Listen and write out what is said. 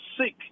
sick